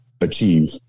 achieve